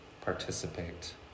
participate